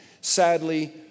Sadly